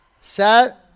set